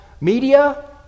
media